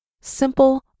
simple